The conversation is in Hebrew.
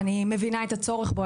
אני מבינה את הצורך בו,